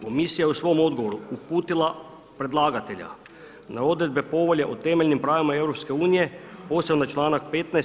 Komisija je u svom odgovoru uputila predlagatelja na odredbe Povelje o temeljnim pravima EU posebno na članak 15.